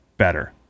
better